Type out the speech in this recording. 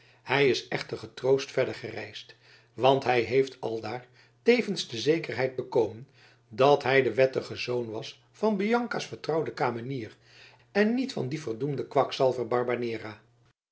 hij is echter getroost verder gereisd want hij heeft aldaar tevens de zekerheid bekomen dat hij de wettige zoon was van bianca's vertrouwde kamenier en niet van dien verdoemden kwakzalver barbanera